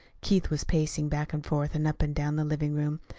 keith was pacing back and forth and up and down the living-room,